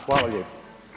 Hvala lijepo.